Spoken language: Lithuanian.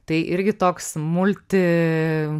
tai irgi toks multi